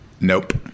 Nope